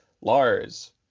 Lars